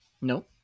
No